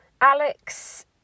Alex